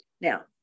Now